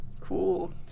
Cool